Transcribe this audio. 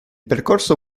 percorso